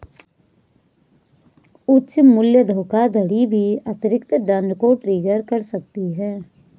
उच्च मूल्य धोखाधड़ी भी अतिरिक्त दंड को ट्रिगर कर सकती है